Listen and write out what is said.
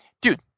dude